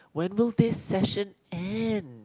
when will this session end